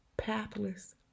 pathless